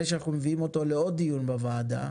שאנחנו מביאים אותו לעוד דיון בוועדה,